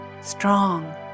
strong